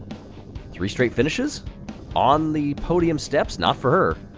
three-straight finishes on the podium steps, not for her.